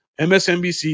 MSNBC